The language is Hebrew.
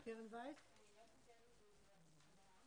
אותן דירות של האגודה למען